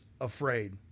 afraid